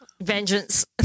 Vengeance